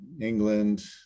england